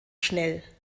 schnell